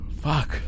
Fuck